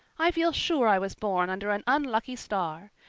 i feel sure i was born under an unlucky star.